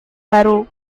baru